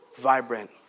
vibrant